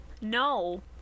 No